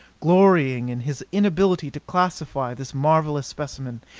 glorying in his inability to classify this marvelous specimen.